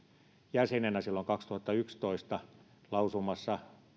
jäsenenä silloin kaksituhattayksitoista lausumassa